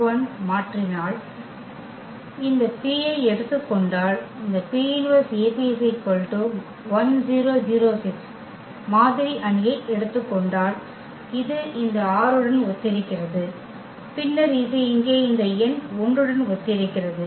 நாம் மாறினால் இந்த P ஐ எடுத்துக் கொண்டால் இந்த மாதிரி அணியை எடுத்துக் கொண்டால் இது இந்த 6 உடன் ஒத்திருந்தது பின்னர் இது இங்கே இந்த எண் 1 உடன் ஒத்திருக்கிறது